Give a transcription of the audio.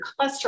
cholesterol